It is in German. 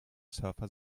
surfer